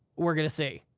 we're gonna see.